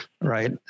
Right